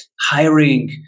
hiring